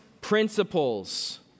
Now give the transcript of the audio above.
principles